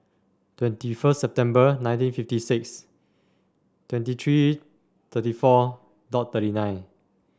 twenty first September nineteen fifty six twenty three thirty four dot thirty nine